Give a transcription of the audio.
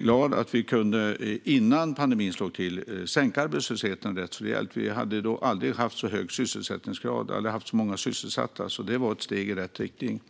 glad över att vi innan pandemin slog till kunde sänka arbetslösheten rätt rejält. Vi hade då aldrig haft så hög sysselsättningsgrad och aldrig haft så många sysselsatta. Det var därför ett steg i rätt riktning.